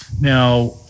Now